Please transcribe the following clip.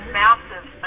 massive